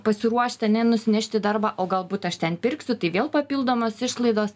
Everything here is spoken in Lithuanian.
pasiruošt ane nusinešt į darbą o galbūt aš ten pirksiu tai vėl papildomos išlaidos